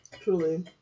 Truly